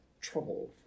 trouble